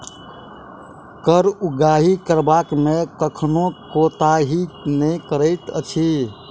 कर उगाही करबा मे कखनो कोताही नै करैत अछि